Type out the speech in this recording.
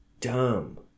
dumb